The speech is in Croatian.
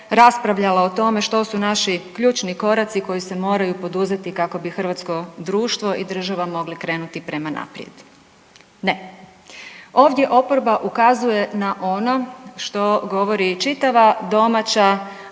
raspravljalo o tome što su naši ključni koraci koji se moraju poduzeti kako hrvatsko društvo i država mogli krenuti prema naprijed. Ne! Ovdje oporba ukazuje na ono što govori čitava domaća,